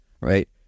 right